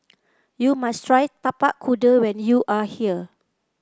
you must try Tapak Kuda when you are here